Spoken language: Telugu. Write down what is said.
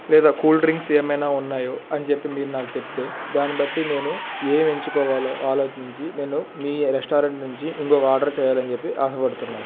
లేదా కూల్ డ్రింక్స్ ఏమైనా ఉన్నాయో అని చెప్పి మీరు నాకు చెప్తే దాన్ని బట్టి నేను ఏమి ఎంచుకోవాలో ఆలోచించి నేను మీ రెస్టారెంట్ నుంచి ఇంకొక ఆర్డర్ చెయ్యాలని చెప్పి ఆశపడుతున్నాను